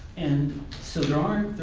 and so there are